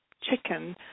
chicken